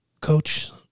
coach